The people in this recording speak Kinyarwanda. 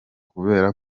kubera